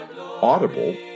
Audible